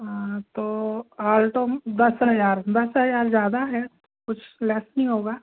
हाँ तो और तो दस हज़ार दस हज़ार ज़्यादा है कुछ लैस नहीं होगा